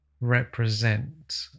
represent